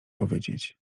powiedzieć